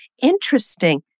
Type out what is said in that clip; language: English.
interesting